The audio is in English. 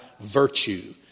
virtue